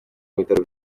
bitaro